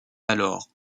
alors